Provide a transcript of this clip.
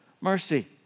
mercy